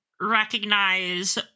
recognize